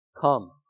Come